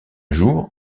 jour